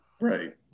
Right